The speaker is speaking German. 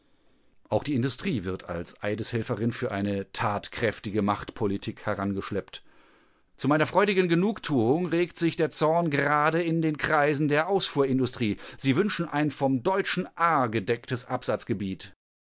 auch die industrie wird als eideshelferin für eine tatkräftige machtpolitik herangeschleppt zu meiner freudigen genugtuung regt sich der zorn gerade in den kreisen der ausfuhrindustrie sie wünschen ein vom deutschen aar gedecktes